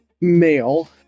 male